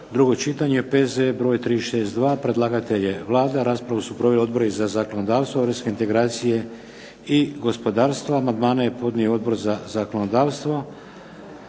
drugo čitanje, P.Z.E. br. 362 Predlagatelj je Vlada. Raspravu su proveli odbori za zakonodavstvo, europske integracije i gospodarstvo. Amandmane je podnio Odbor za zakonodavstvo.